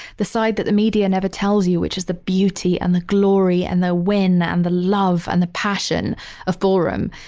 the side that the media never tells you, which is the beauty and the glory and the win and the love and the passion of ballroom.